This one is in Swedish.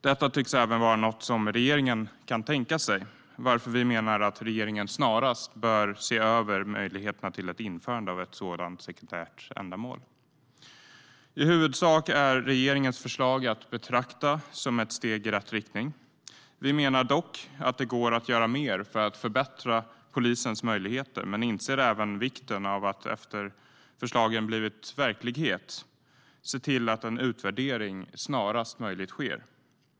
Detta tycks även vara något som regeringen kan tänka sig, varför vi menar att regeringen snarast bör se över möjligheterna till ett införande av ett sådant sekundärt ändamål. I huvudsak är regeringens förslag att betrakta som ett steg i rätt riktning. Vi menar dock att det går att göra mer för att förbättra polisens möjligheter men inser även vikten av att efter att förslagen blivit verklighet se till att en utvärdering snarast möjligt sker.